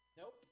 nope